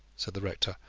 said the rector,